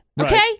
okay